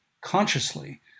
consciously